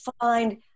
find